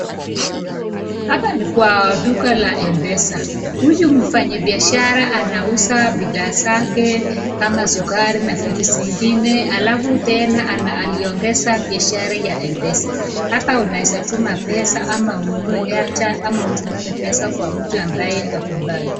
Hapa ni kwa duka la Mpesa. Huyu mfanyabiashara anauza bidhaa zake kama sukari na vitu zingine alafu tena aliongeza biashara ya Mpesa. Hapa unaeza tuma pesa, ama ununue airtime ama utumane pesa kwa mtu ambaye ako mbali.